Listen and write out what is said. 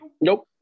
nope